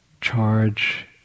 charge